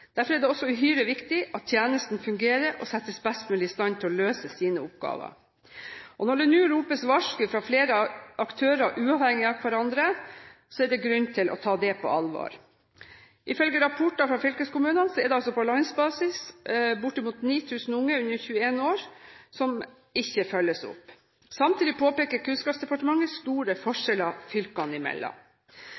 Derfor er det også uhyre viktig at tjenesten fungerer og settes best mulig i stand til å løse sine oppgaver. Når det nå ropes et varsku fra flere aktører uavhengig av hverandre, er det grunn til å ta det på alvor. Ifølge rapporter fra fylkeskommunene er det på landsbasis bortimot 9 000 unge under 21 år som ikke følges opp. Samtidig påpeker Kunnskapsdepartementet store